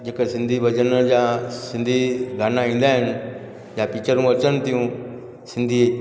जेके सिंधी भॼन जा सिंधी गाना ईंदा आहिनि या पिच्चरूं अचनि थियूं सिंधी